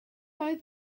oedd